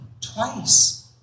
twice